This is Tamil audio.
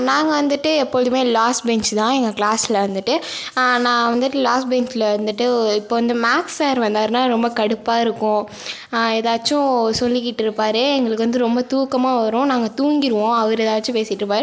நாங்கள் வந்துட்டு எப்பொழுதுமே லாஸ்ட் பெஞ்ச்சு தான் எங்கள் க்ளாஸில் வந்துட்டு நான் வந்துட்டு லாஸ்ட் பெஞ்ச்சில் வந்துட்டு இப்போ இந்த மேக்ஸ் சார் வந்தாருனால் ரொம்ப கடுப்பாக இருக்கும் ஏதாச்சும் சொல்லிக்கிட்டிருப்பாரு எங்களுக்கு வந்து ரொம்ப தூக்கமாக வரும் நாங்கள் தூங்கிடுவோம் அவர் ஏதாச்சும் பேசிட்டிருப்பாரு